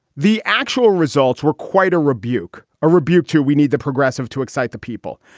the actual results were quite a rebuke, a rebuke to we need the progressive to excite the people.